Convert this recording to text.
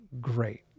great